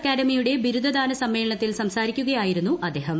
അക്കാഡമിയുടെ ബിരുദദാന സമ്മേളനത്തിൽ സംസാരിക്കുകയായിരുന്നു അദ്ദേഹം